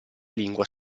lingua